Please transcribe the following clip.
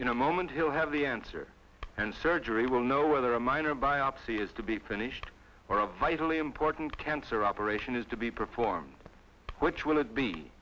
in a moment he'll have the answer and surgery will know whether a minor biopsy has to be finished or a vitally important cancer operation is to be performed which will